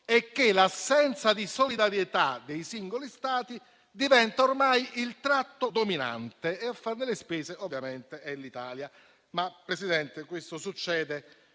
è che l'assenza di solidarietà dei singoli Stati diventa ormai il tratto dominante; a farne le spese ovviamente è l'Italia. Presidente Meloni, questo succede